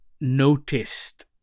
noticed